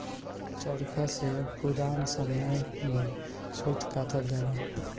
चरखा से पुरान समय में सूत कातल जाला